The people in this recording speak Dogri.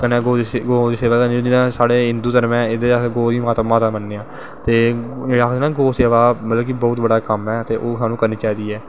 कन्नैं साढ़ै हिन्दू धर्म ऐ एह्दे च अस गो गी माता मननें आं ते आखदे ना गौ सेवा मतलव बौह्त बड़ा कम्म ऐ ते ओह् स्हानू करनीं चाही दी ऐ